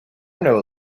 know